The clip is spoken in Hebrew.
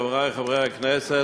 חברי חברי הכנסת,